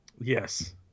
Yes